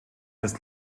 ist